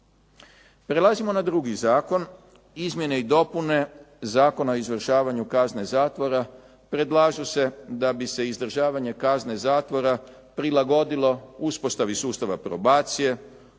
Prelazimo na drugi zakon, Izmjene i dopune Zakona o izvršavanju kazne zatvora. Predlažu se da bi se izdržavanje kazne zatvora prilagodilo uspostavi sustava probacije